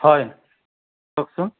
হয় কওকচোন